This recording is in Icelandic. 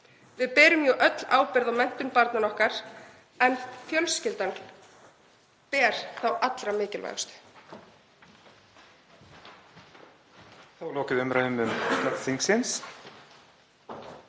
Við berum jú öll ábyrgð á menntun barnanna okkar, en fjölskyldan ber þá allra mikilvægustu.